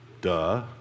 Duh